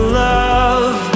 love